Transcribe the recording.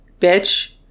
bitch